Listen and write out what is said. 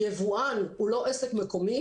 יבואן הוא לא עסק מקומי?